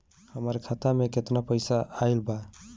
हमार खाता मे केतना पईसा आइल बा?